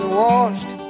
washed